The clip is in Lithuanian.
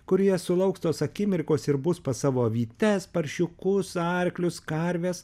kurie sulauks tos akimirkos ir bus pas savo avytes paršiukus arklius karves